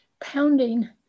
pounding